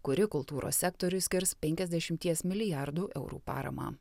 kuri kultūros sektoriui skirs penkiasdešimties milijardų eurų paramą